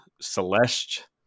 Celeste